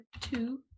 two